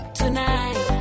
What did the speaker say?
tonight